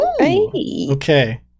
Okay